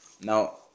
Now